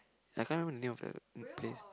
I can't remember the name of the place